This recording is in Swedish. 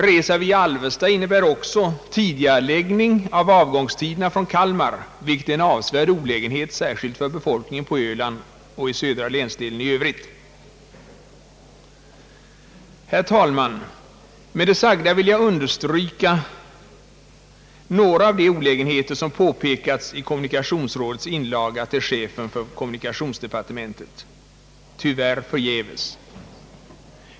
Resor via Alvesta innebär också tidigareläggning av avgångstiderna från Kalmar, vilket är en avsevärd olägenhet särskilt för befolkningen på Öland och i södra länsdelen i övrigt. Herr talman! Med det sagda har jag önskat understryka några av de olägenheter som påpekats i kommunikationsrådets inlaga till chefen för kommunikationsdepartementet — tyvärr förgäves.